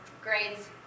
grades